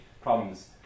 problems